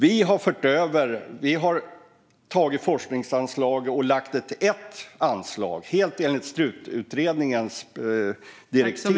Vi har fört över forskningsanslag och lagt ihop dem till ett anslag, helt enligt Strut-utredningens direktiv.